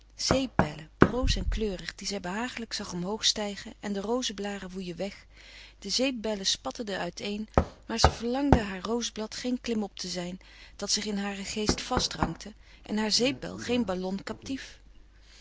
zeepbellen broos en kleurig die zij behagelijk zag omhoog stijgen en de rozeblâren woeien weg de zeepbellen spatteden uiteen maar ze verlangde haar rozeblad geen klimop te zijn dat zich in haren geest vastrankte en haar zeepbel geen ballon captif